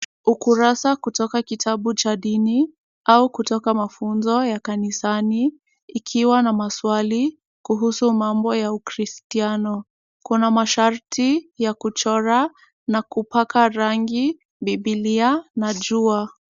Ukurasa kutoka kitabu cha dini au kutoka mafunzo ya kanisani, ikiwa na maswali kuhusu mambo ya ukristiano . Kuna masharti ya kuchora na kupaka rangi Bibilia na jua.